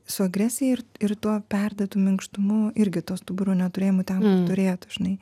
su agresija ir ir tuo perdėtu minkštumu irgi to stuburo neturėjimu ten kur turėtų žinai